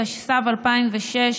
התשס"ו 2006,